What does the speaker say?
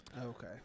Okay